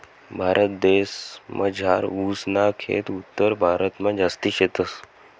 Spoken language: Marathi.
भारतदेसमझार ऊस ना खेत उत्तरभारतमा जास्ती शेतस